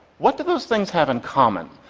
what do those things have in common?